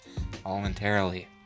voluntarily